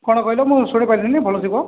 କ'ଣ କହିଲ ମୁଁ ଶୁଣିପାରିଲିନି ଭଲସେ କୁହ